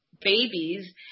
babies